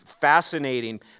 Fascinating